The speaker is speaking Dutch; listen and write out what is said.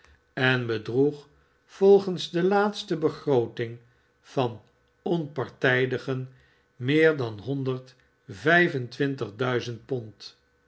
en bedroeg volgens de laagste begrooting van onpartijdigen meer dan honderd vijf en twintig duizend pond